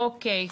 אוקיי.